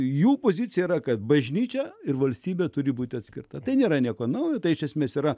jų pozicija yra kad bažnyčia ir valstybė turi būti atskirta tai nėra nieko naujo tai iš esmės yra